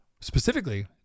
specifically